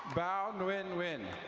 bao and wen wen.